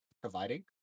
Providing